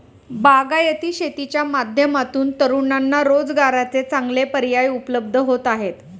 बागायती शेतीच्या माध्यमातून तरुणांना रोजगाराचे चांगले पर्याय उपलब्ध होत आहेत